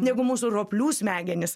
negu mūsų roplių smegenys